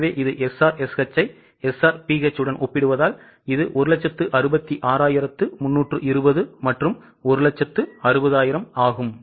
எனவே இது SRSH ஐ SRBH உடன் ஒப்பிடுவதால் இது 166320 மற்றும்160000 ஆகும்